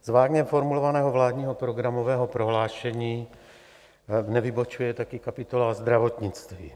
Z vágně formulovaného vládního programového prohlášení nevybočuje také kapitola zdravotnictví.